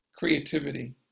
creativity